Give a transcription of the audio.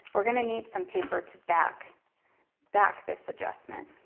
we're going to need some paper to back back this adjustment.